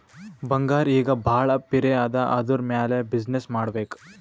ಬಂಗಾರ್ ಈಗ ಭಾಳ ಪಿರೆ ಅದಾ ಅದುರ್ ಮ್ಯಾಲ ಬಿಸಿನ್ನೆಸ್ ಮಾಡ್ಬೇಕ್